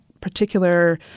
particular